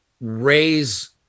raise